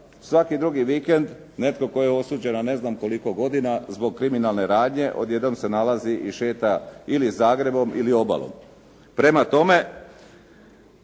svaki drugi vikend netko tko je osuđen na ne znam koliko godina zbog kriminalne radnje, odjednom se nalazi i šeta ili Zagrebom ili obalom. Prema tome,